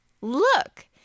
look